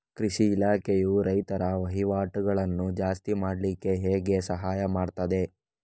ಕೃಷಿ ಇಲಾಖೆಯು ರೈತರ ವಹಿವಾಟುಗಳನ್ನು ಜಾಸ್ತಿ ಮಾಡ್ಲಿಕ್ಕೆ ಹೇಗೆ ಸಹಾಯ ಮಾಡ್ತದೆ?